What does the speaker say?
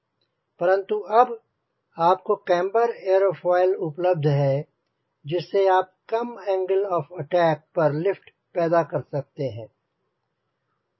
परन्तु अब आपको केम्बर एरोफोइल उपलब्ध है जिससे आप कम एंगल ऑफ अटैक पर लिफ्ट पैदा कर सकते हैं